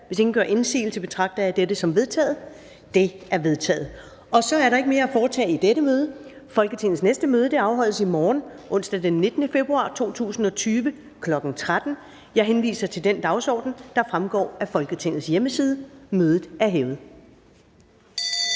--- Kl. 14:36 Meddelelser fra formanden Første næstformand (Karen Ellemann): Så er der ikke mere at foretage i dette møde. Folketingets næste møde afholdes i morgen, onsdag den 19. februar 2020, kl. 13.00. Jeg henviser til den dagsorden, der fremgår af Folketingets hjemmeside. Mødet er hævet.